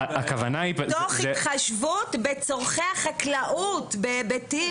תוך התחשבות בצורכי החקלאות וכולי.